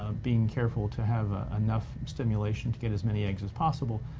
ah being careful to have enough stimulation to get as many eggs as possible,